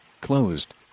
closed